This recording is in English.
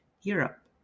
Europe